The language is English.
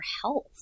health